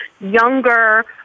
younger